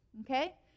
okay